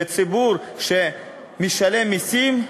ציבור שמשלם מסים,